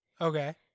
Okay